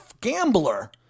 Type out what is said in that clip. gambler